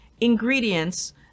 ingredients